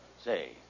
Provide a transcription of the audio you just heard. Say